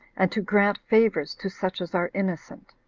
and to grant favors to such as are innocent.